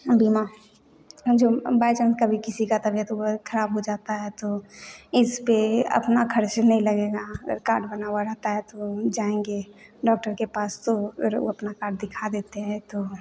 बीमा जो by chance कभी किसी की तबियत वबीयत खराब हो जाता है तो इस पर अपना खर्च नहीं लगेगा अगर कार्ड बना हुआ रहता है तो जाएंगे डॉक्टर के पास तो अगर वह अपना कार्ड दिखा देते हैं तो